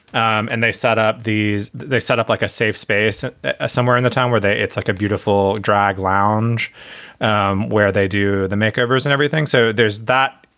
and they set up these they set up like a safe space ah somewhere in the town where they it's like a beautiful drag lounge um where they do the makeovers and everything. so there's that.